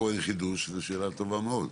זו שאלה טובה מאוד.